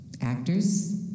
actors